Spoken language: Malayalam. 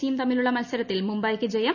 സിയും തമ്മിലുള്ള മത്സരത്തിൽ മുംബൈയ്ക്ക് ജയം